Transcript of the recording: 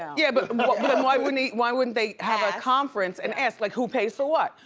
yeah but why wouldn't he, why wouldn't they have a conference and ask like, who pays for what.